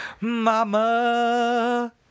Mama